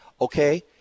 Okay